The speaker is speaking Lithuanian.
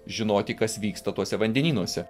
žinoti kas vyksta tuose vandenynuose